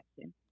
action